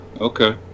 Okay